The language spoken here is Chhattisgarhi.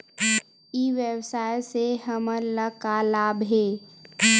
ई व्यवसाय से हमन ला का लाभ हे?